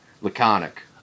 Laconic